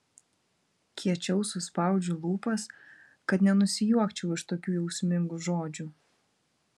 kiečiau suspaudžiu lūpas kad nenusijuokčiau iš tokių jausmingų žodžių